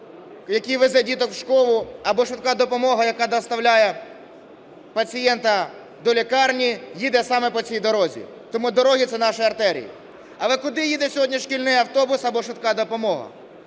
який везе діток в школу, або швидка допомога, яка доставляє пацієнта до лікарні, їде саме по цій дорозі, тому що дороги – це наші артерії. А куди їде сьогодні шкільний автобус або швидка допомога?